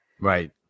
right